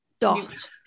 dot